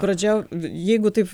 pradžia jeigu taip